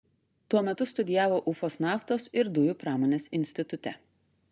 tuo metu studijavo ufos naftos ir dujų pramonės institute